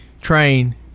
train